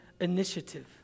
initiative